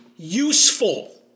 useful